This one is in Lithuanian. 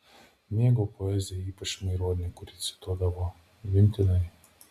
mėgo poeziją ypač maironį kurį cituodavo mintinai